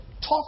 Talk